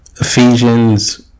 Ephesians